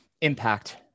impact